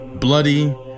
bloody